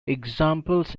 examples